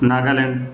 Naga land